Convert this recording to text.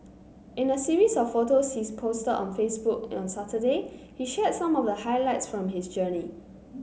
in a series of photos he posted on Facebook on Saturday he shared some of the highlights from his journey